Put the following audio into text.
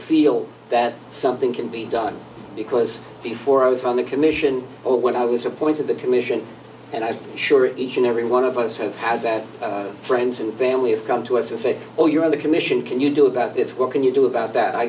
feel that something can be done because before i was on the commission or when i was appointed the commission and i'm sure each and every one of us who has that friends and family have come to us and said oh you're on the commission can you do about this what can you do about that i